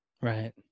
Right